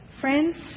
Friends